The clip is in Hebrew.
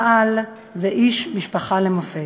בעל ואיש משפחה למופת.